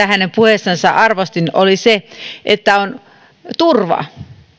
hänen puheessansa arvostin oli se että on turva